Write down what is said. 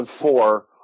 four